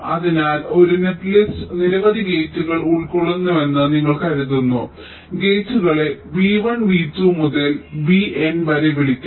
അതിനാൽ ഒരു നെറ്റ്ലിസ്റ്റ് നിരവധി ഗേറ്റുകൾ ഉൾക്കൊള്ളുന്നുവെന്ന് ഞങ്ങൾ കരുതുന്നു ഗേറ്റുകളെ v1 v2 മുതൽ vn വരെ വിളിക്കാം